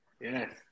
Yes